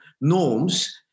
norms